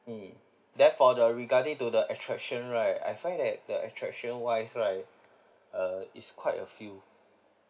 mm then for the regarding to the attraction right I find that the attraction wise right uh is quite a few